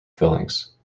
fillings